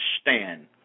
stand